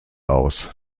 aus